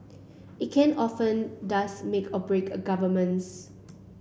it can often does make or break governments